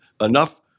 enough